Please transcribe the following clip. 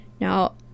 Now